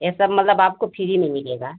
यह सब आपको मतलब फ्री में मिलेगा